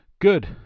good